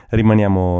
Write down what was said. rimaniamo